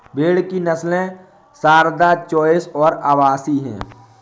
भेड़ की नस्लें सारदा, चोइस और अवासी हैं